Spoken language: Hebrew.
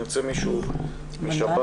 אני רוצה מישהו משב"ס,